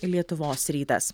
lietuvos rytas